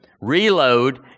reload